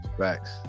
facts